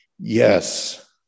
Yes